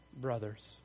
brothers